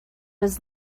was